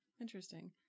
Interesting